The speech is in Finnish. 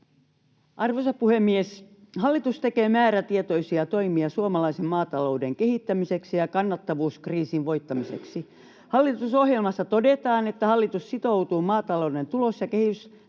Arvoisa puhemies! Hallitus tekee määrätietoisia toimia suomalaisen maatalouden kehittämiseksi ja kannattavuuskriisin voittamiseksi. [Anne Kalmari: Minkälaisia?] Hallitusohjelmassa todetaan: ”Hallitus sitoutuu maatalouden tulos- ja kehitysnäkymien